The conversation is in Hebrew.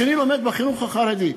השני לומד בחינוך החרדי.